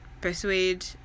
persuade